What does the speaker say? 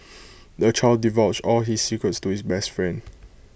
the child divulged all his secrets to his best friend